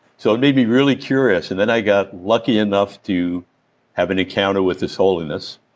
so it made me really curious. and then i got lucky enough to have an encounter with his holiness,